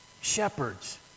Shepherds